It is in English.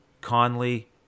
Conley